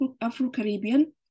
Afro-Caribbean